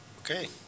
Okay